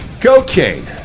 Cocaine